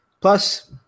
Plus